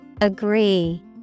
Agree